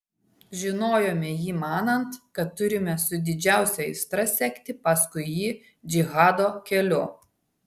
žinojome jį manant kad turime su didžiausia aistra sekti paskui jį džihado keliu